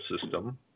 system